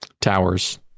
towers